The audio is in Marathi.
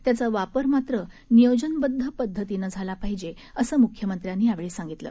त्याचा वापर मात्र नियोजनबद्ध पद्धतीनं झाला पाहिजे असं मुख्यमंत्र्यांनी यावेळी सांगितलं